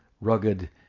rugged